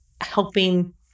helping